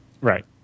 Right